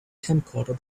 camcorder